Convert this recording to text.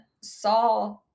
saw